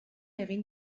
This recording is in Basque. egin